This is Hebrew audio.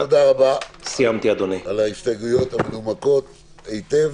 תודה רבה על ההסתייגויות המנומקות היטב.